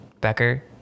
Becker